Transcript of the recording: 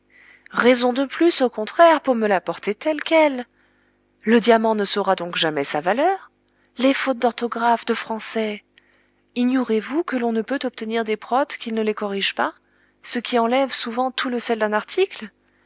raisons de plus au contraire pour me l'apporter telle quelle le diamant ne saura donc jamais sa valeur les fautes d'orthographe de français ignorez-vous que l'on ne peut obtenir des protes qu'ils ne les corrigent pas ce qui enlève souvent tout le sel d'un article